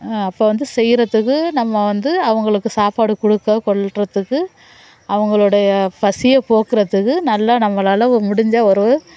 அப்போ வந்து செய்கிறத்துக்கு நம்ம வந்து அவங்களுக்கு சாப்பாடு கொடுக்க கொள்கிறத்துக்கு அவங்களுடைய பசியை போக்குகிறத்துக்கு நல்ல நம்மளால முடிந்த ஒரு